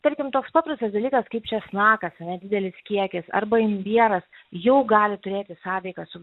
tarkim toks paprastas dalykas kaip česnakas ane didelis kiekis arba imbieras jau gali turėti sąveiką su